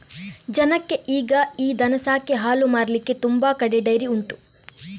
ಜನಕ್ಕೆ ಈಗ ಈ ದನ ಸಾಕಿ ಹಾಲು ಮಾರ್ಲಿಕ್ಕೆ ತುಂಬಾ ಕಡೆ ಡೈರಿ ಉಂಟು